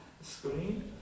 screen